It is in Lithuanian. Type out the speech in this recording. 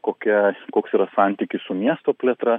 kokia koks yra santykis su miesto plėtra